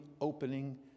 opening